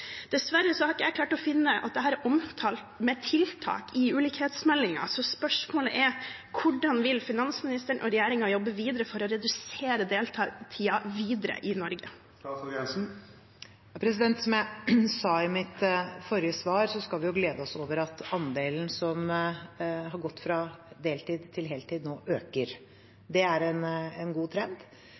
har ikke jeg klart å finne at dette er omtalt med tiltak i ulikhetsmeldingen. Spørsmålet er: Hvordan vil finansministeren og regjeringen jobbe videre for å redusere deltiden i Norge? Som jeg sa i mitt forrige svar, skal vi glede oss over at andelen som har gått fra deltid til heltid, nå øker. Det er en god trend.